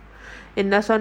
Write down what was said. என்னசொன்ன:enna sonna